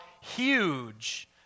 huge